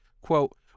Quote